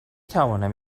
توانم